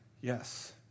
Yes